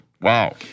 wow